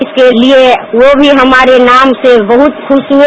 इसके लिए वो भी हमारे नाम से बहुत खुरा हुए